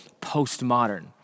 postmodern